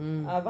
mm